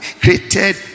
created